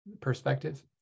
perspective